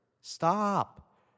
Stop